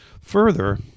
Further